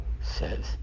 says